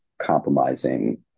compromising